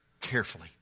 carefully